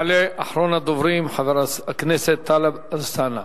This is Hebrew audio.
יעלה אחרון הדוברים, חבר הכנסת טלב אלסאנע.